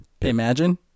imagine